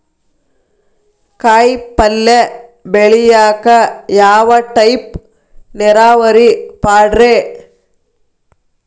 ಕಾಯಿಪಲ್ಯ ಬೆಳಿಯಾಕ ಯಾವ ಟೈಪ್ ನೇರಾವರಿ ಪಾಡ್ರೇ?